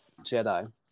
jedi